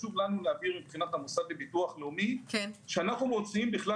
חושב לנו להעביר מבחינת המוסד לביטוח לאומי שאנחנו מוציאם בכלל